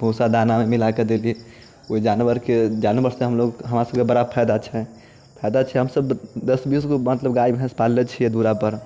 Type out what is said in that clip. भूसा दाना मिलाके देली ओ जानवरके जानवरसँ हमलोग हमरा सबके बड़ा फायदा छै फायदा छै हमसब दस बीस गो मतलब गाय भैंस पालने छियै दूरापर